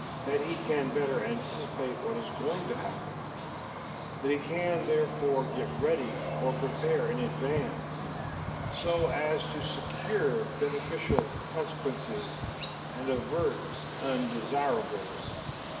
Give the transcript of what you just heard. that he can better anticipate what is going to happen that he can, therefore, get ready or prepare in advance so as to secure beneficial consequences and avert undesirable ones.